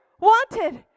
wanted